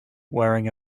wearing